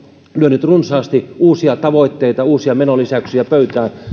lyönyt runsaasti uusia tavoitteita uusia menolisäyksiä pöytään